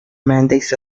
mandates